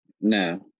No